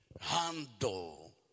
handle